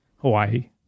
Hawaii